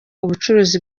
ubucuruzi